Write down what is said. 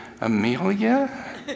Amelia